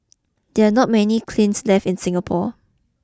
there are not many kilns left in Singapore